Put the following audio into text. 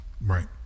Right